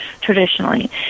traditionally